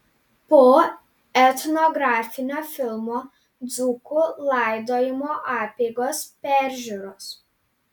po etnografinio filmo dzūkų laidojimo apeigos peržiūros